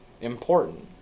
important